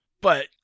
But-